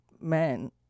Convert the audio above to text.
men